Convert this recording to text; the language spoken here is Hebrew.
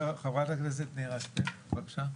חברת הכנסת נירה שפק, בבקשה.